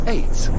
Eight